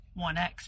1X